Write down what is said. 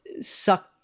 suck